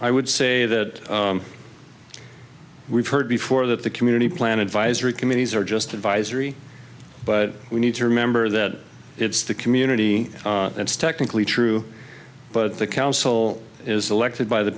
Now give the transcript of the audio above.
i would say that we've heard before that the community plan advisory committees are just advisory but we need to remember that it's the community that's technically true but the council is elected by the